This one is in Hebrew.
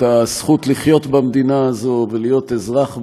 הזכות לחיות במדינה הזאת ולהיות אזרח בה,